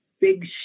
big